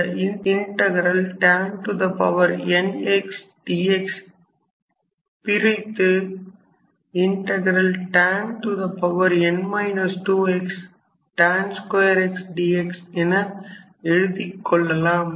இந்த tan n x dx பிரித்து tan n 2 x tan 2 x dx என எழுதிக் கொள்ளலாம்